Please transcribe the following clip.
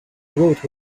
wrote